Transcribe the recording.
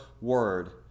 word